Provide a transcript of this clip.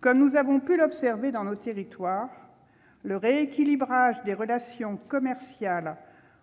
Comme nous avons pu l'observer dans nos territoires, le rééquilibrage des relations commerciales